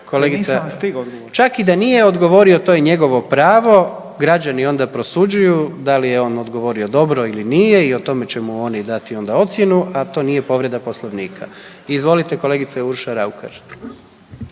čak i da nije odgovorio to je njegovo pravo, građani onda prosuđuju da li je on odgovorio dobro ili nije i o tome će mu oni dati onda ocjenu, a to nije povreda poslovnika. Izvolite kolegice Urša Raukar.